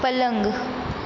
पलंग